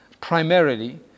primarily